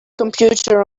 computer